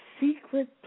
secret